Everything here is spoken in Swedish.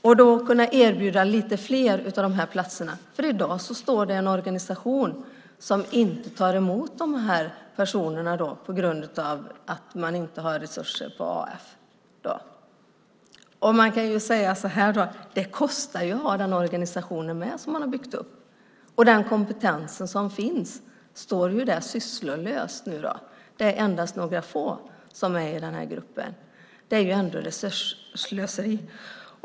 Då borde man kunna erbjuda lite fler av de här platserna, för i dag står där en organisation som inte tar emot de här personerna på grund av att man inte har resurser på AF. Det kostar ju också att ha denna organisation som man har byggt upp, och den kompetens som finns står nu sysslolös. Det är endast några få i den här gruppen. Det är resursslöseri.